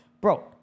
bro